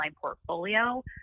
portfolio